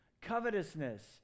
covetousness